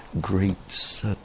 great